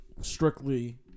Strictly